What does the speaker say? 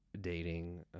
dating